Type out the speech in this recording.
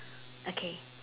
okay